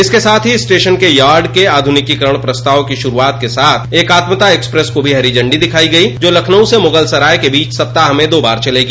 इसके साथ ही स्टेशन के यार्ड के आधुनिकीकरण प्रस्ताव की शुरूआत के साथ ही एकात्मता एक्सप्रेस को भी हरी झंडी दिखाई गयी जो लखनऊ से मुगलसराय के बीच सप्ताह में दो बार चलेगी